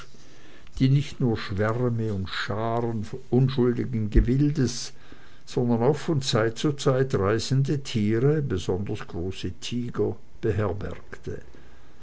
die nicht nur schwärme und scharen unschuldigeren gewildes sondern auch von zeit zu zeit reißende tiere besonders große tiger beherbergte